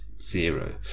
zero